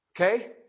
Okay